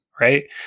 Right